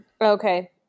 Okay